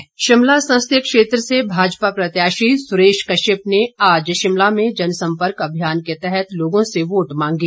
सुरेश कश्यप शिमला संसदीय क्षेत्र से भाजपा प्रत्याशी सुरेश कश्यप ने आज शिमला में जनसम्पर्क अभियान के तहत लोगों से वोट मांगे